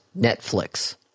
Netflix